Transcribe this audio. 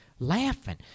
laughing